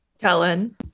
Kellen